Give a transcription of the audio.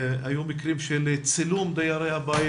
היו מקרים של צילום דיירי הבית,